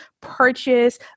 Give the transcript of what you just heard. purchase